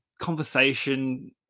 conversation